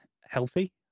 healthy